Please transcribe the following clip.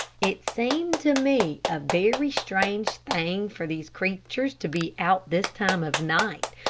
it seemed to me a very strange thing for these creatures to be out this time of night,